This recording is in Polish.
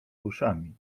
uszami